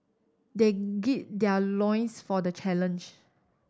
they gird their loins for the challenge